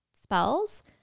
spells